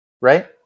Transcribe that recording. right